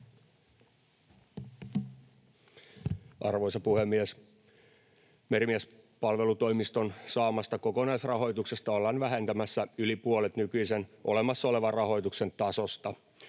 Arvoisa puhemies! Merimiespalvelutoimiston saamasta kokonaisrahoituksesta ollaan vähentämässä yli puolet nykyisen olemassa olevan rahoituksen tasosta.